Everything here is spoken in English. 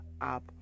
up